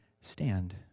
stand